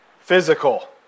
physical